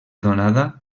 donada